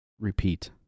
repeat